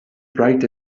bright